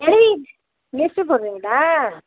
எழுதி லிஸ்ட்டு போடுறீங்களா